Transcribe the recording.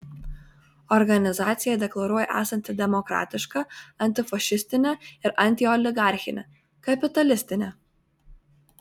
organizacija deklaruoja esanti demokratiška antifašistinė ir antioligarchinė kapitalistinė